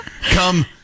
Come